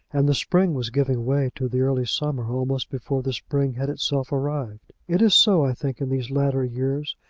and the spring was giving way to the early summer almost before the spring had itself arrived. it is so, i think, in these latter years.